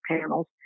panels